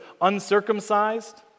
uncircumcised